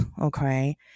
okay